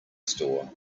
store